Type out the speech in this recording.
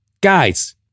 Guys